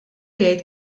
jgħid